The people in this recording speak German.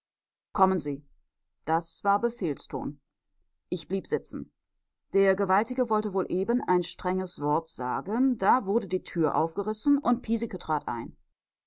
kommen sie das war befehlston ich blieb sitzen der gewaltige wollte wohl eben ein strenges wort sagen da wurde die tür aufgerissen und piesecke trat ein